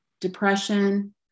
depression